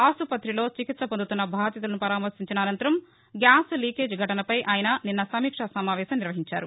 ఆస్పతిలో చికిత్స పొందుతున్న బాధితులను పరామర్భించిన అనంతరం గ్యాస్ లీకేజ్ ఘటనపై ఆయన నిన్న సమీక్షా సమావేశం నిర్వహించారు